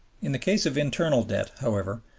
in the case of internal debt, however,